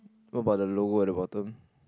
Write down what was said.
what about the lower the bottom